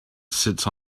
sits